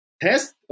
test